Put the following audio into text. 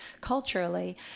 culturally